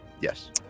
Yes